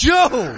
Joe